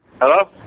Hello